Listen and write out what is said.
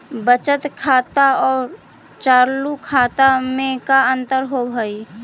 बचत खाता और चालु खाता में का अंतर होव हइ?